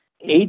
eight